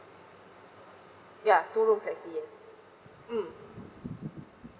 ya two room flexi yes mm